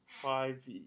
five